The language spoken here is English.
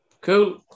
cool